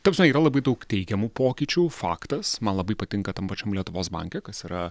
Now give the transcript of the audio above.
ta prasme yra labai daug teigiamų pokyčių faktas man labai patinka tam pačiam lietuvos banke kas yra